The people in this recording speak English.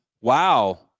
Wow